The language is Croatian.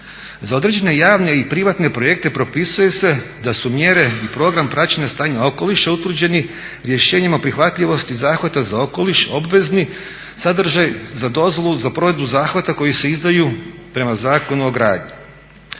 Za određene javne i privatne projekte propisuje se da su mjere i program praćenja stanja okoliša utvrđeni rješenjima prihvatljivosti zahvata za okoliš obvezni sadržaj za dozvolu za provedbu zahvata koji se izdaju prema Zakonu o gradnji.